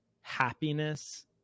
happiness